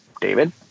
David